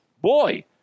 Boy